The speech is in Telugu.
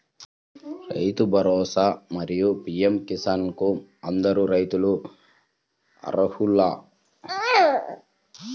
రైతు భరోసా, మరియు పీ.ఎం కిసాన్ కు అందరు రైతులు అర్హులా?